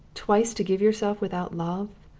twice to give yourself without love?